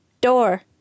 Door